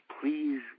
please